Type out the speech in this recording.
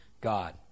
God